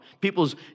people's